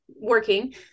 working